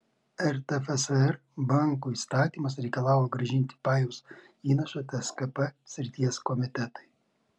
rtfsr bankų įstatymas reikalavo grąžinti pajaus įnašą tskp srities komitetui